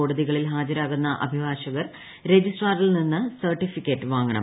കോടതികളിൽ ഹാജരാകുന്ന അഭിഭാഷകർ രജിസ്ട്രാറിൽ നിന്ന് സർട്ടിഫിക്കറ്റ് വാങ്ങണം